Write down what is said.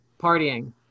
partying